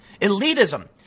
Elitism